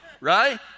right